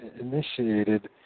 initiated